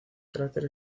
cráter